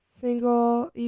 single